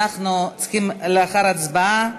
אנחנו צריכים, לאחר ההצבעה,